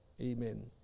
Amen